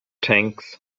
tanks